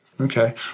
Okay